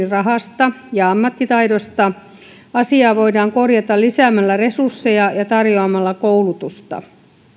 rahasta ja ammattitaidosta asiaa voidaan korjata lisäämällä resursseja ja tarjoamalla koulutusta